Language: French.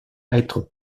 être